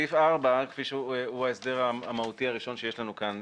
סעיף 4 הוא ההסדר המהותי הראשון שיש לנו כאן.